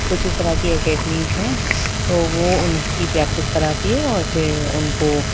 کچھ اس طرح کی اکیڈمیز ہیں تو وہ ان کی پریکٹس کراتی ہے اور پھر ان کو